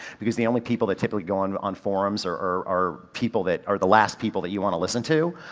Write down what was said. because the only people that typically go on on forums are, are are people that are the last people that you want to listen to.